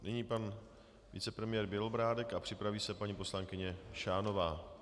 Nyní pan vicepremiér Bělobrádek a připraví se paní poslankyně Šánová.